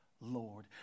Lord